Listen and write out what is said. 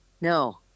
no